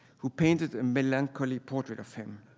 who painted a melancholy portrait of him.